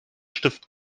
stift